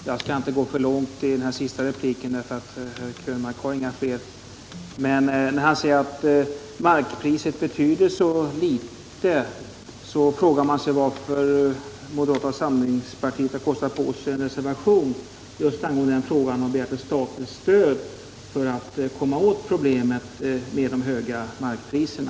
Herr talman! Inte heller jag skall ta kammarens tid i anspråk med att diskutera den frågan, och eftersom herr Krönmark inte har några fler argument skall jag inte säga mycket i denna sista replik. Men när herr Krönmark säger att markpriset betyder så litet, när man bygger hus, så frågar man sig varför moderata samlingspartiet har kostat på sig en reservation i den frågan och begärt statligt stöd för att komma till rätta med problemet med de höga markpriserna.